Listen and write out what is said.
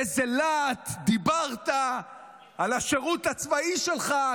באיזה להט דיברת על השירות הצבאי שלך,